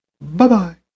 Bye-bye